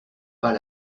pas